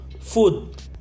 food